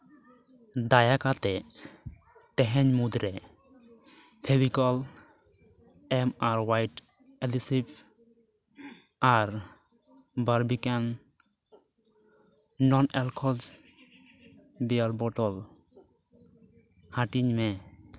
ᱫᱟᱭᱟ ᱠᱟᱛᱮᱫ ᱛᱮᱦᱤᱧ ᱢᱩᱫᱽᱨᱮ ᱯᱷᱮᱵᱤᱠᱚᱞ ᱮᱢ ᱟᱨ ᱦᱳᱣᱟᱭᱤᱴ ᱳᱰᱤᱥᱤᱯ ᱟᱨ ᱵᱟᱨᱵᱤ ᱠᱟᱢ ᱱᱚᱱ ᱮᱞᱠᱳᱦᱚᱞ ᱵᱤᱭᱟᱨ ᱵᱳᱴᱚᱞ ᱦᱟᱹᱴᱤᱧ ᱢᱮ